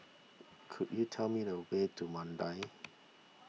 could you tell me the way to Mandai